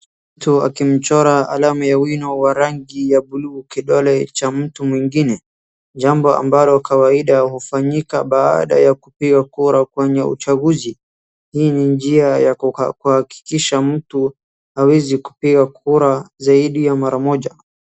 Mtu akimchora alama ya wino wa rangi ya blue[c] kidole cha mtu mwingine, jambo ambalo kawaida hufanyika baada ya kupiga kura kwenye uchaguzi. Hii ni njia ya ku kuhakikisha mtu hawezi kupiga kura zaidi ya mara moja.